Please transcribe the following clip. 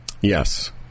Yes